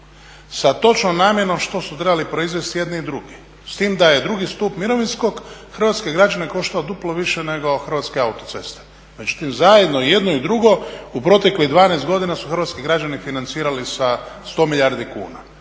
sa točno namjenom što su trebali proizvesti jedni i drugi, s tim da je drugi stup mirovinskog hrvatske građane koštao duplo više nego Hrvatske autoceste. Međutim, zajedno i jedno i drugo u proteklih 12 godina su hrvatski građani financirali sa 100 milijardi kuna.